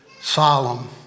solemn